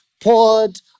poured